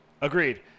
Agreed